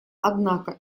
однако